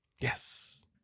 Yes